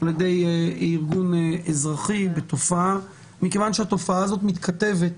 על-ידי ארגון אזרחי לתופעה מכיוון שהתופעה הזאת מתכתבת